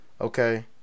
Okay